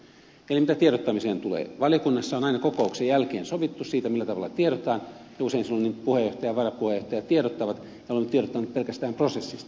eli mitä tiedottamiseen tulee valiokunnassa on aina kokouksen jälkeen sovittu siitä millä tavalla tiedotetaan ja usein silloin puheenjohtaja ja varapuheenjohtaja tiedottavat ja olemme tiedottaneet pelkästään prosessista